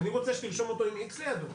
אני רוצה שתרשום אותו עם אקס לידו.